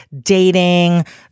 dating